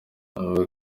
avuga